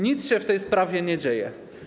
Nic się w tej sprawie nie dzieje.